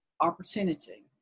opportunity